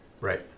Right